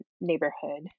neighborhood